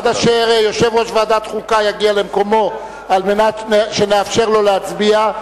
עד אשר יושב ראש ועדת החוקה יגיע למקומו על מנת שנאפשר לו להצביע,